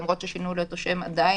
למרות ששינו לו את השם עדיין